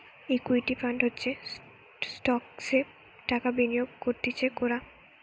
equity fund হচ্ছে স্টকসে টাকা বিনিয়োগ করতিছে কোরা